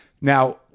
now